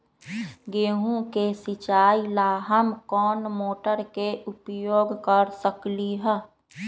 गेंहू के सिचाई ला हम कोंन मोटर के उपयोग कर सकली ह?